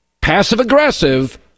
passive-aggressive